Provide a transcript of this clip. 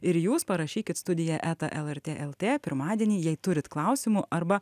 ir jūs parašykit studija eta lrt lt pirmadienį jei turit klausimų arba